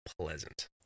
Pleasant